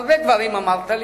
הרבה דברים אמרת לי,